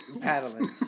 Paddling